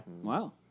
Wow